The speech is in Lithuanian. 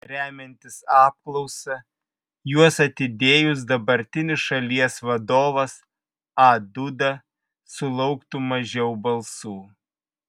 remiantis apklausa juos atidėjus dabartinis šalies vadovas a duda sulauktų mažiau balsų